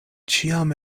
ĉiam